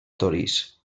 torís